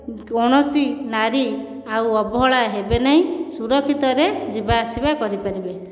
କୌଣସି ନାରୀ ଆଉ ଅବହେଳା ହେବେ ନାହିଁ ସୁରକ୍ଷିତରେ ଯିବା ଆସିବା କରିପାରିବେ